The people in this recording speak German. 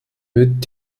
wird